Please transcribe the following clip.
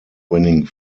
winning